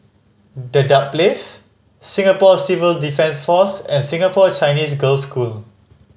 Dedap Place Singapore Civil Defence Force and Singapore Chinese Girls' School